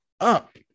up